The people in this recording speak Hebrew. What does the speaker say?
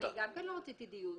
אני גם כן לא רציתי דיון.